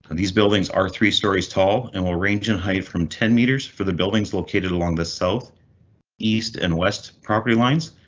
and these buildings are three stories tall and will range in height from ten meters for the buildings located along the south east and west property lines.